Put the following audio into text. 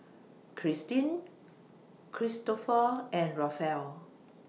Christeen Kristoffer and Rafael